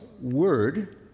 word